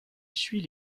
suit